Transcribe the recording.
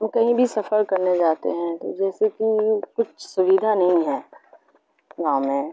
تو کہیں بھی سفر کرنے جاتے ہیں تو جیسے کہ کچھ سویدھا نہیں ہے گاؤں میں